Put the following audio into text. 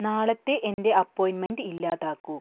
നാളത്തെ എൻ്റെ അപ്പോയിൻറ്മെൻ്റ് ഇല്ലാതാക്കൂ